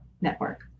network